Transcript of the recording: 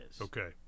Okay